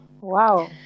wow